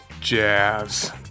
jazz